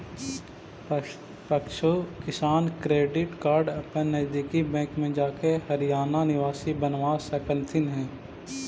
पशु किसान credit card अपन नजदीकी बैंक में जाके हरियाणा निवासी बनवा सकलथीन हे